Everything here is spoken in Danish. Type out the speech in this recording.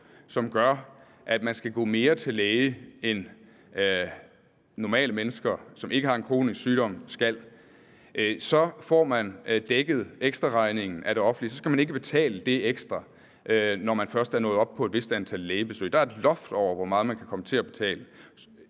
som gør, at man skal gå mere til læge end mennesker, som ikke har en kronisk sygdom, skal, så får man dækket ekstraregningen af det offentlige. Så skal man ikke betale det ekstra, når man først er nået op på et vist antal lægebesøg; der er et loft over, hvor meget man kan komme til at betale.